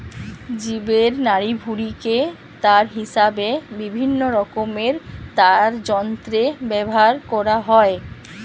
জীবের নাড়িভুঁড়িকে তার হিসাবে বিভিন্নরকমের তারযন্ত্রে ব্যাভার কোরা হয়